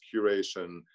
curation